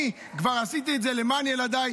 אני כבר עשיתי את זה למען ילדיי,